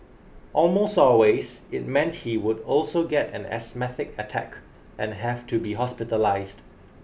almost always it meant he would also get an asthmatic attack and have to be hospitalised